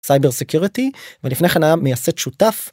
Cyber Security ולפני כן היה מייסד שותף